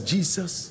Jesus